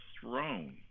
throne